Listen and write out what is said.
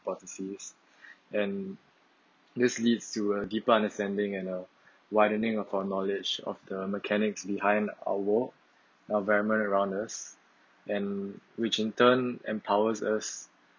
hypothesis and this leads to a deeper understanding and a widening of our knowledge of the mechanics behind our role our environment around us and which in turn empowers us